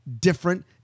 different